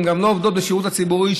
הן גם לא עובדות בשירות הציבורי,